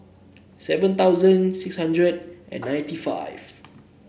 seven thousand six hundred and ninety five